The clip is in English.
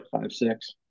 five-six